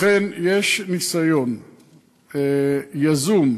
לכן, יש ניסיון יזום,